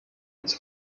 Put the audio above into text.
its